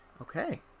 Okay